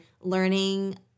learning